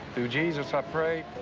through jesus, i pray.